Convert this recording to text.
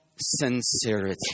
sincerity